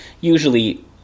usually